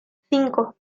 cinco